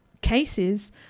cases